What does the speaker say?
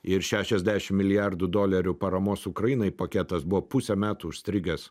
ir šešiasdešim milijardų dolerių paramos ukrainai paketas buvo pusę metų užstrigęs